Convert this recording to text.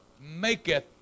maketh